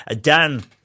Dan